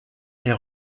est